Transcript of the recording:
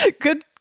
Good